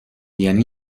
یعنی